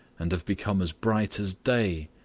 and have become as bright as day?